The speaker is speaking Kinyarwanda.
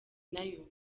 nayo